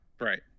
Right